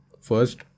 first